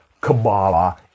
Kabbalah